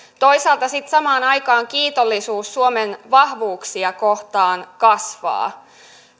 toisaalta sitten samaan aikaan kiitollisuus suomen vahvuuksia kohtaan kasvaa